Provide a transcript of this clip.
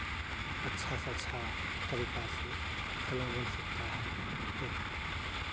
अच्छा से अच्छा तरीका से खाना बन सकता है एक